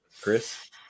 Chris